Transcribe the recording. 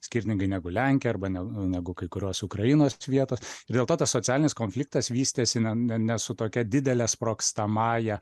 skirtingai negu lenkija arba ne negu kai kurios ukrainos vietos ir dėl to tas socialinis konfliktas vystėsi na ne ne su tokia didele sprogstamąja